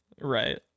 Right